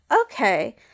Okay